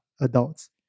adults